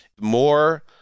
More